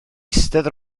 eistedd